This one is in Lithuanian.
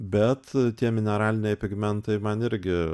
bet tie mineraliniai pigmentai man irgi